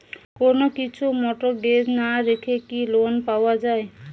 কোন কিছু মর্টগেজ না রেখে কি লোন পাওয়া য়ায়?